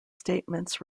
statements